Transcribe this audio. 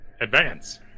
Advance